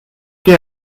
qué